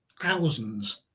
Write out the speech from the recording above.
thousands